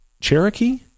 Cherokee